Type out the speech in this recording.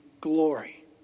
glory